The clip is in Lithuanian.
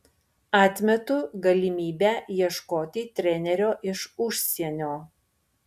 atmetu galimybę ieškoti trenerio iš užsienio